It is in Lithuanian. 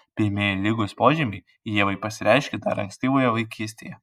pirmieji ligos požymiai ievai pasireiškė dar ankstyvoje vaikystėje